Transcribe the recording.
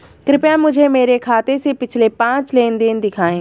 कृपया मुझे मेरे खाते से पिछले पांच लेन देन दिखाएं